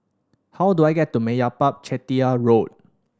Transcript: how do I get to Meyappa Chettiar Road